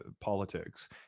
politics